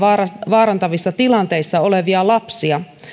vaarantavissa tilanteissa olevia lapsia